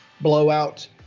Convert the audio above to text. blowout